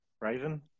Raven